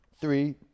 three